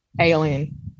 alien